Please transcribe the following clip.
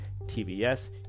TBS